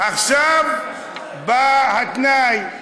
עכשיו בא התנאי: